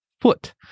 foot